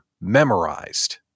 memorized